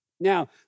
Now